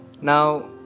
Now